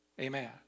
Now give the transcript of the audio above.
Amen